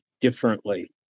differently